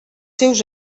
seus